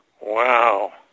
Wow